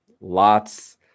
lots